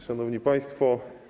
Szanowni Państwo!